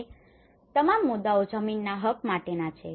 હવે તમામ મુદ્દાઓ જમીનના હક માટેના છે